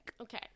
okay